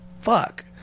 fuck